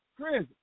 Chris